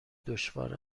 دشوار